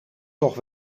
toch